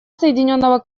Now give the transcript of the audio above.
соединенного